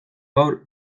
gaur